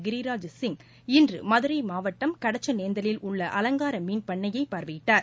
கிரிராஜ் சிங் இன்று மதுரை மாவட்டம் கடச்சனேந்தலில் உள்ள அலங்கார மீன் பண்ணையை பார்வையிட்டார்